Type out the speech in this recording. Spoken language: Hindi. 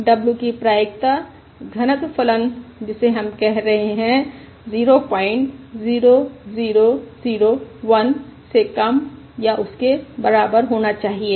W की प्रायिकता घनत्व फलन जिसे हम कह रहे हैं 00001 से कम या उसके बराबर होना चाहिए